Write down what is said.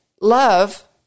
love